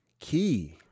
Key